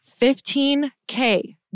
15K